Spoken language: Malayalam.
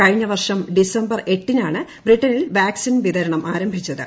കഴിഞ്ഞ വർഷം ഡിസംബർ എട്ടിനാണ് ബ്രിട്ടനിൽ വാക്സിൻ വിതരണം ആരംഭിച്ചത്